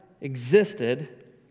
existed